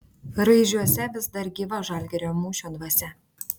raižiuose vis dar gyva žalgirio mūšio dvasia